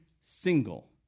single